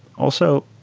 also,